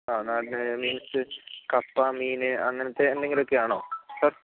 ആ ന മീൽസ് കപ്പ മീൻ അങ്ങനത്തെ എന്തെങ്കിലും ഒക്കെ ആണോ സർ